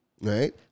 Right